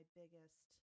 biggest